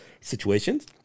situations